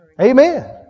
Amen